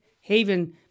haven